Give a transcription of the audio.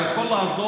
הוא יכול לעזור,